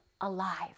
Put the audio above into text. alive